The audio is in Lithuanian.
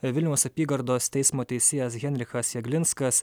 vilniaus apygardos teismo teisėjas henrichas jaglinskas